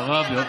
עראבה.